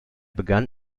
begann